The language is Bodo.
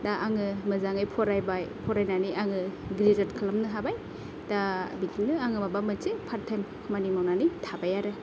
दा आङो मोजाङै फरायबाय फरायनानै आङो ग्रेजुवेट खालामनो हाबाय दा बिदिनो आङो मोनसे पारट टाइम खामानि मावनानै थाबाय आरो